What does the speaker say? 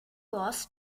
was